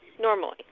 normally